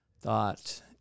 thought